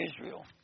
Israel